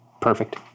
Perfect